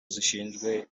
zishinzwe